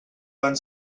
van